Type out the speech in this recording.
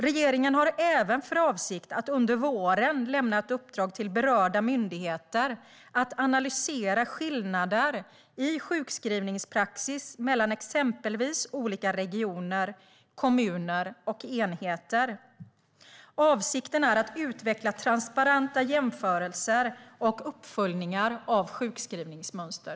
Regeringen har även för avsikt att under våren lämna ett uppdrag till berörda myndigheter att analysera skillnader i sjukskrivningspraxis mellan exempelvis olika regioner, kommuner och enheter. Avsikten är att utveckla transparenta jämförelser och uppföljningar av sjukskrivningsmönster.